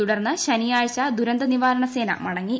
തുടർന്ന് ശനിയാഴ്ച ദുരന്ത നിവാരണ സേന മടങ്ങി